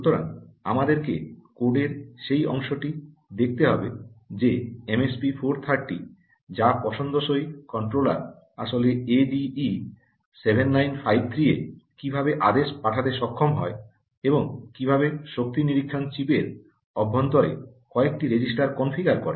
সুতরাং আমাদেরকে কোডের সেই অংশটি দেখতে হবে যে এমএসপি 430 যা পছন্দসই কন্ট্রোলার আসলে এডিই 7953 এ কিভাবে আদেশ পাঠাতে সক্ষম হয় এবং কিভাবে শক্তি নিরীক্ষণ চিপের অভ্যন্তরে কয়েকটি রেজিস্টার কনফিগার করে